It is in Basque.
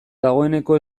dagoeneko